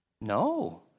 No